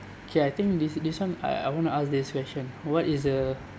okay I think this this one I I want to ask this question what is a